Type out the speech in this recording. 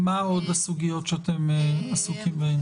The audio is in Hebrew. מהן עוד סוגיות שאתם עסוקים בהן?